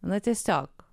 na tiesiog